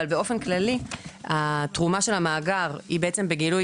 באופן כללי התרומה של המאגר היא בעצם בגילוי